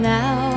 now